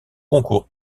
concours